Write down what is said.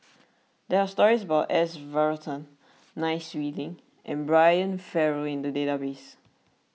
there are stories about S Varathan Nai Swee Leng and Brian Farrell in the database